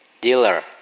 dealer